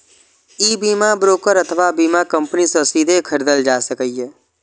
ई बीमा ब्रोकर अथवा बीमा कंपनी सं सीधे खरीदल जा सकैए